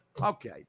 Okay